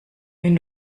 wenn